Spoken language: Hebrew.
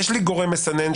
יש לי גורם מסנן,